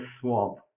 swamp